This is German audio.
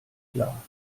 klar